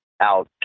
out